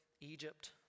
Egypt